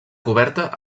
coberta